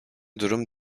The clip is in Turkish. durum